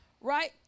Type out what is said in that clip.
right